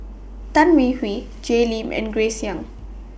Tan Hwee Hwee Jay Lim and Grace Young